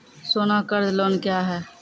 सोना कर्ज लोन क्या हैं?